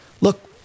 look